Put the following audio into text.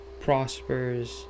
prospers